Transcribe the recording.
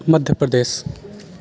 Madhya Pradesh